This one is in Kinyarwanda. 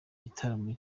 gitaramo